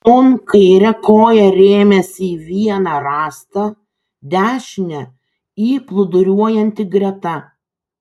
nūn kaire koja rėmėsi į vieną rąstą dešine į plūduriuojantį greta